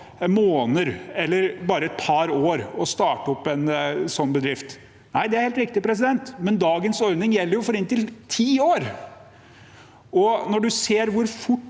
måneder eller bare et par år å starte opp en sånn bedrift. Det er helt riktig, men dagens ordning gjelder jo for inntil ti år. Man ser hvor fort